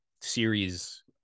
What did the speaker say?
series